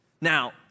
Now